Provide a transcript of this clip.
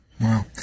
Wow